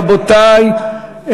רבותי,